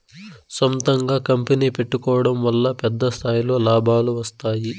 సొంతంగా కంపెనీ పెట్టుకోడం వల్ల పెద్ద స్థాయిలో లాభాలు వస్తాయి